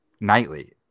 nightly